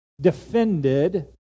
defended